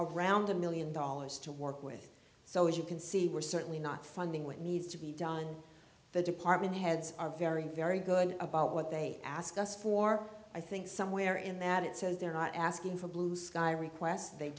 around a million dollars to work with so as you can see we're certainly not funding when needs to be done the department heads are very very good about what they ask us for i think somewhere in that it says they're not asking for blue sky requests they